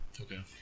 Okay